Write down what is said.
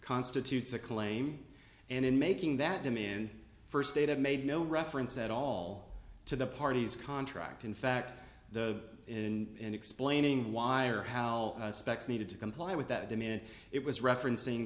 constitutes a claim and in making that demand first date i've made no reference at all to the parties contract in fact the in explaining why or how specs needed to comply with that demand it was referencing